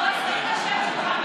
לא, הוא לא הסכים לשבת איתך.